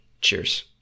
Cheers